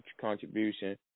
contribution